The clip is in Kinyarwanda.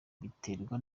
biterwa